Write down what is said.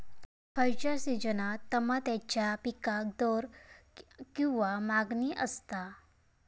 खयच्या सिजनात तमात्याच्या पीकाक दर किंवा मागणी आसता?